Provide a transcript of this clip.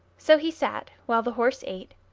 so he sat, while the horse ate,